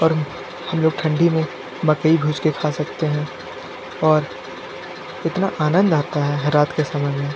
और हम लोग ठंडी मे मकई घुस के खा सकते है और इतना आनंद आता है रात के समय में